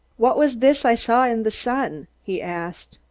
what was this i saw in the sun? he asked.